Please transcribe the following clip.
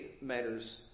matters